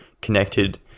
connected